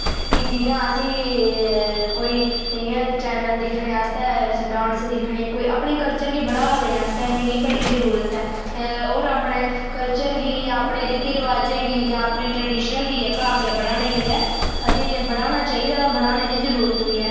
कि जियां असेंगी कोई इ'यां चैनल दिक्खने आस्तै डांस दिक्खने आस्तै दिक्खने कोई अपने कल्चर दी बढ़ावा देने आस्तै असेंगी दी बड़ी जरूरत ऐ और आपने कल्चर गी आपने रीती रिवाजें गी जां अपने ट्रेडिशन गी जेह्का अग्गे बढ़ाने गिते असें बढ़ाना चाहिदा और बढ़ाने दी जरूरत बी हे